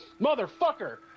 Motherfucker